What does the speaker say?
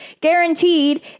guaranteed